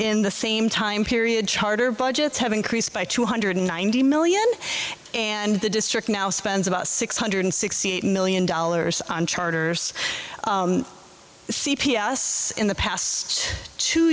in the same time period charter budgets have increased by two hundred ninety million and the district now spends about six hundred sixty eight million dollars on charters c p s in the past two